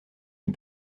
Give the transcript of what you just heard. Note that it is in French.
une